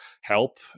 help